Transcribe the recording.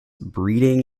breeding